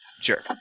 Sure